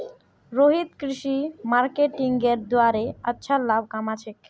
रोहित कृषि मार्केटिंगेर द्वारे अच्छा लाभ कमा छेक